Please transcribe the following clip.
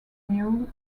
mule